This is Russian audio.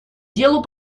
делу